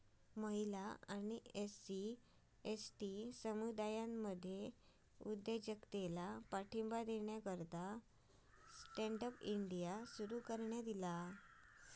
महिला आणि SC, ST समुदायांमधलो उद्योजकतेला पाठिंबा देण्याकरता स्टँड अप इंडिया सुरू करण्यात ईला